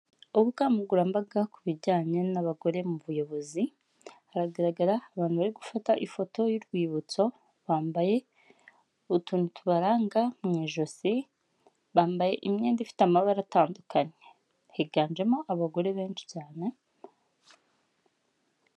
Ubukangurambaga ku bijyanye n'abagore mu buyobozi, haragaragara abantu bari gufata ifoto y'urwibutso, bambaye utuntu tubaranga mu ijosi, bambaye imyenda ifite amabara atandukanye. Higanjemo abagore benshi cyane...